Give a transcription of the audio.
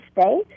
state